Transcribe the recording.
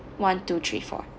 one two three four